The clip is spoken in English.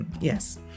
Yes